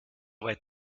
weit